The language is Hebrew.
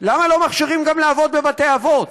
למה לא מכשירים גם לעבוד בבתי-אבות